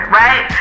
right